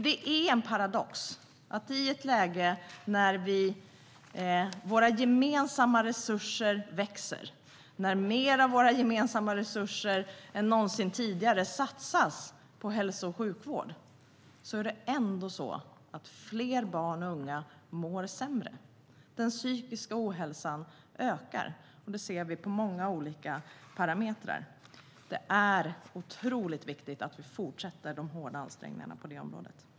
Det är en paradox att i ett läge när våra gemensamma resurser växer och mer av våra gemensamma resurser än någonsin tidigare satsas på hälso och sjukvård mår fler barn och unga sämre. Den psykiska ohälsan ökar. Det ser vi på många olika parametrar. Det är därför otroligt viktigt att vi fortsätter med våra ansträngningar på detta område.